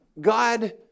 God